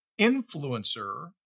influencer